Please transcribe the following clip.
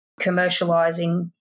commercializing